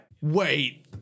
Wait